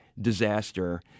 disaster